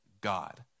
God